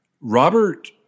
Robert